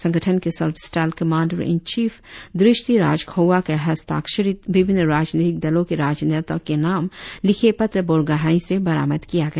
संगठन के self styled commander in chief Drishti Rajkhowa के हस्ताक्षरीत विभिन्न राजनीतिक दलों के राजनेताओं के नाम लिखे पत्र बरगोहाई से बरामद किया गया